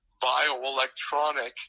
bioelectronic